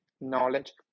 knowledge